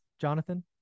Jonathan